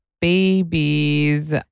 babies